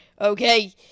Okay